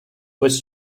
was